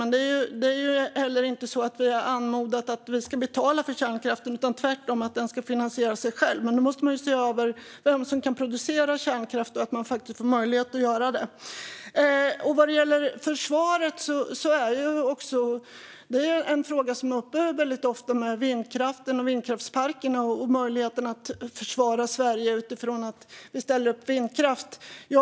Vi har heller inte sagt att vi ska betala för kärnkraften utan tvärtom att den ska finansiera sig själv. Men då måste man se över vem som kan producera kärnkraft och faktiskt ge möjlighet att göra det. Vad gäller försvaret är vindkraften, vindkraftsparkerna och möjligheten att försvara Sverige utifrån att vi ställer upp vindkraft en fråga som är uppe väldigt ofta.